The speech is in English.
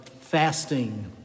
fasting